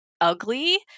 ugly